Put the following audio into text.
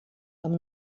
amb